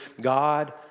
God